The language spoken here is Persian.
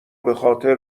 بخاطر